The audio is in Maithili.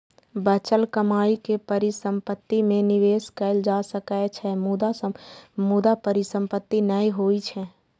बचल कमाइ के परिसंपत्ति मे निवेश कैल जा सकै छै, मुदा परिसंपत्ति नै होइ छै